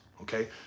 okay